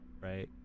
right